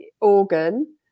organ